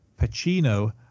Pacino